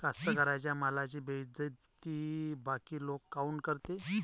कास्तकाराइच्या मालाची बेइज्जती बाकी लोक काऊन करते?